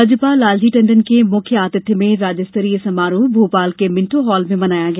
राज्यपाल लालजी टंडन मुख्य आतिथ्य में राज्य स्तरीय समारोह भोपाल के मिण्टो हाल में मनाया गया